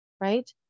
right